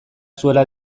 zuela